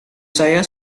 saya